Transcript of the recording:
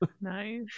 Nice